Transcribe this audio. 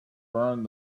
burned